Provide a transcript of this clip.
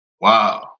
Wow